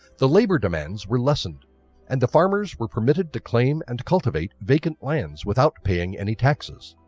the labour demands were lessened and the farmers were permitted to claim and cultivate vacant lands without paying any taxes.